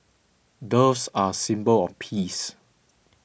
doves are a symbol of peace